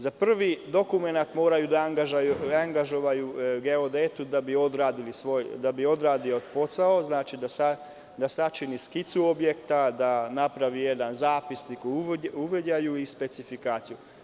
Za prvi dokument moraju da angažuju geodeta da odradi svoj posao, da sačini skicu objekta, da napravi jedan zapisnik o ugođaju i specifikaciju.